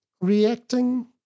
reacting